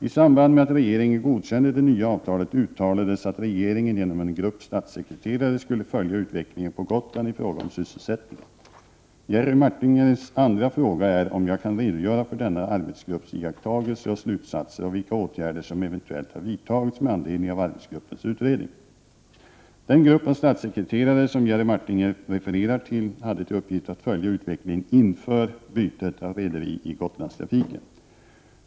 I samband med att regeringen godkände det nya avtalet uttalades, att regeringen genom en grupp statssekreterare skulle följa utvecklingen på Gotland i fråga om sysselsättningen. Jerry Martingers andra fråga är om jag kan redogöra för denna arbetsgrupps iakttagelser och slutsatser och vilka åtgärder som eventuellt har vidtagits med anledning av arbetsgruppens utredning. Den grupp av statssekreterare som Jerry Martinger refererar till hade till uppgift att följa utvecklingen inför bytet av rederi i Gotlandstrafiken.